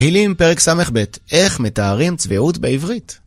תהילים פרק ס"ב, איך מתארים צביעות בעברית?